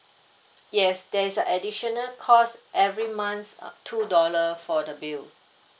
yes there's a additional cost every months uh two dollar for the bill